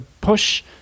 push